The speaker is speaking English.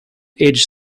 aged